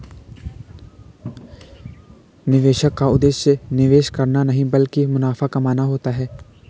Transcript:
निवेशक का उद्देश्य निवेश करना नहीं ब्लकि मुनाफा कमाना होता है